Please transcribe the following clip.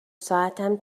ساعتم